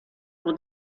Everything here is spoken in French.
pour